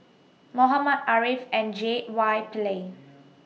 Muhammad Ariff and J Y Pillay